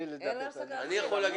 אבל תני לי לדבר --- אין להם סכנת חיים.